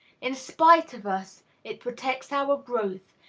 in spite of us, it protects our growth,